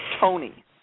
Tony